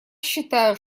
считаю